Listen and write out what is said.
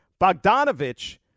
Bogdanovich